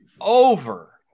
over